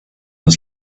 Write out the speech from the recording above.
was